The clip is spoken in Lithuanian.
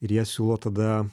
ir jie siūlo tada